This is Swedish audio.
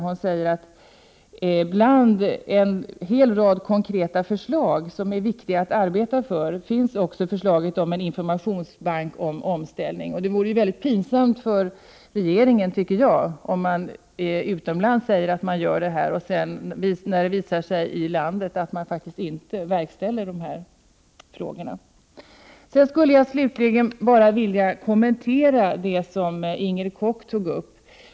Hon sade att bland en rad konkreta förslag som det är viktigt att arbeta på finns också förslaget om en informationsbank för en omställning. Det vore väldigt pinsamt för regering en, tycker jag, om man utomlands lovar göra saker och det visar sig att man i landet inte verkställer besluten. Slutligen skulle jag vilja kommentera det som Inger Koch tog upp.